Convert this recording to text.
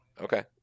Okay